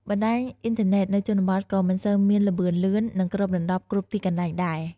បណ្តាញអ៊ីនធឺណិតនៅជនបទក៏មិនសូវមានល្បឿនលឿន និងគ្របដណ្ដប់គ្រប់ទីកន្លែងដែរ។